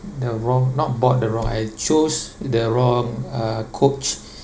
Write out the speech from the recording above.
the wrong not board the wrong I chose the wrong uh coach